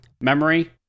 Memory